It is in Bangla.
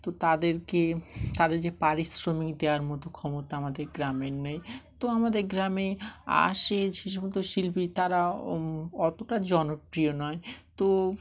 তো তাদেরকে তাদের যে পারিশ্রমিক দেওয়ার মতো ক্ষমতা আমাদের গ্রামের নেই তো আমাদের গ্রামে আসে যে সমস্ত শিল্পী তারা অতটা জনপ্রিয় নয় তো